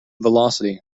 velocity